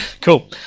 Cool